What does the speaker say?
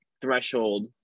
threshold